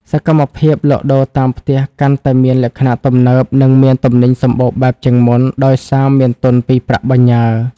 សកម្មភាពលក់ដូរតាមផ្ទះ កាន់តែមានលក្ខណៈទំនើប និងមានទំនិញសម្បូរបែបជាងមុន ដោយសារមានទុនពីប្រាក់បញ្ញើ។